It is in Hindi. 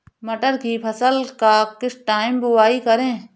मटर की फसल का किस टाइम बुवाई करें?